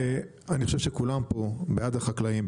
אני חושב שכולם פה בעד החקלאים,